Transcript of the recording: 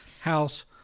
house